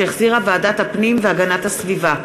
שהחזירה ועדת הפנים והגנת הסביבה,